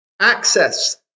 access